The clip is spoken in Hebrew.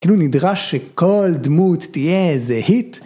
כאילו נדרש שכל דמות תהיה איזה היט.